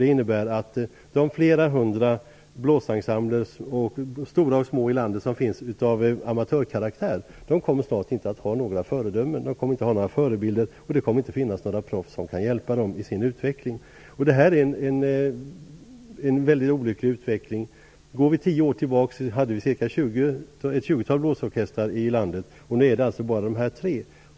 Det innebär att de flera hundra blåsensembler, stora och små, av amatörkaraktär som finns i landet snart inte kommer att ha några förebilder. Det kommer inte att finnas några proffs som kan hjälpa dem i deras utveckling. Det här är en mycket allvarlig utveckling. Om vi går tio år tillbaka i tiden fanns det ett tjugotal blåsorkestrar i landet, och nu finns alltså bara dessa tre.